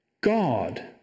God